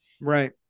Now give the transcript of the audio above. Right